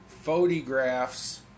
photographs